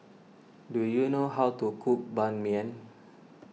do you know how to cook Ban Mian